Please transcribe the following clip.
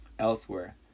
Elsewhere